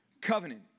covenant